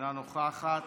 אינה נוכחת.